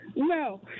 No